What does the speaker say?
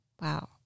wow